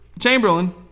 Chamberlain